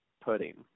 pudding